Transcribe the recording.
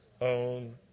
own